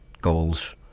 goals